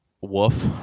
woof